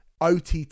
OTT